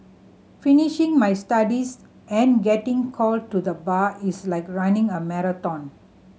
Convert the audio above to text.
finishing my studies and getting called to the Bar is like running a marathon